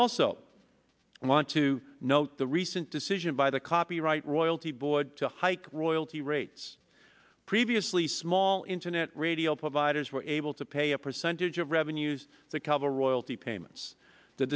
also want to note the recent decision by the copyright royalty board to hike royalty rates previously small internet radio providers were able to pay a percentage of revenues to cover royalty payments th